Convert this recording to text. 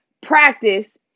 practice